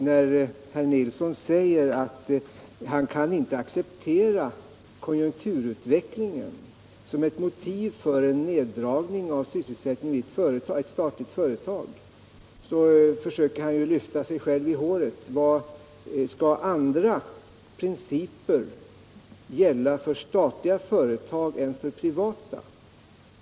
När herr Nilsson säger att han inte kan acceptera konjunkturutvecklingen som ett motiv för en neddragning av sysselsättningen i ett statligt företag, så försöker han lyfta sig själv i håret. Skall andra principer gälla för statliga företag än de som gäller för privata?